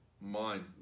mind